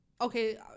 okay